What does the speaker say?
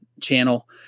channel